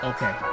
Okay